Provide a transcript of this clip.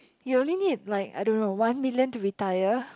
you only need like I don't know one million to retire